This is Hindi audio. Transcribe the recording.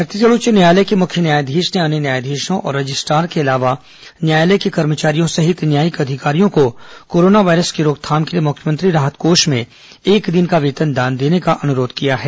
छत्तीसगढ़ उच्च न्यायालय के मुख्य न्यायाधीश ने अन्य न्यायाधीशों और रजिस्ट्रार के अलावा न्यायालय के कर्मचारियों सहित न्यायिक अधिकारियों को कोरोना वायरस की रोकथाम के लिए मुख्यमंत्री राहत कोष में एक दिन का वेतन दान देने का अनुरोध किया है